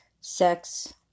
Sex